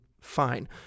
Fine